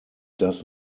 does